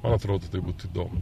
man atrodo tai būtų įdomu